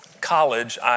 college